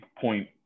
point